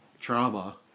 trauma